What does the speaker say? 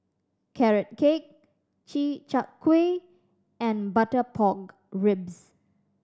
Carrot Cake Chi Kak Kuih and butter pork ribs